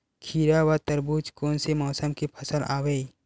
खीरा व तरबुज कोन से मौसम के फसल आवेय?